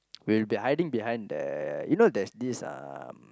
we'll be hiding behind the you know there's this um